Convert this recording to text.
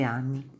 anni